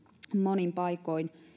monin paikoin